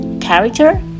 character